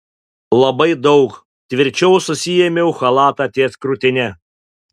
labai daug tvirčiau susiėmiau chalatą ties krūtine